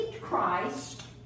Christ